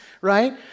Right